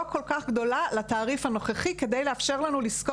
כל כך גדולה לתעריף הנוכחי כדי לאפשר לנו לשכור.